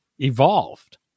evolved